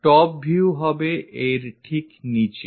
top view হবে এর ঠিক নিচে